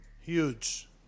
Huge